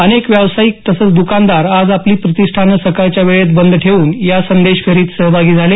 अनेक व्यावसायिक तसंच दुकानदार आज आपली प्रतिष्ठानं सकाळच्या वेळेत बंद ठेवून या संदेश फेरीत सहभागी झाले